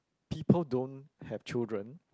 people don't have children